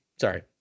Sorry